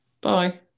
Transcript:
Bye